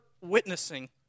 witnessing